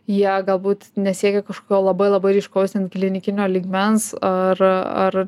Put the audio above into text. jie galbūt nesiekia kažkokio labai labai ryškaus klinikinio lygmens ar